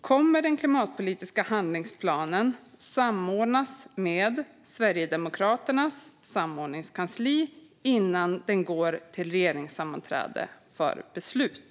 Kommer den klimatpolitiska handlingsplanen att samordnas med Sverigedemokraternas samordningskansli innan den går till regeringssammanträde för beslut?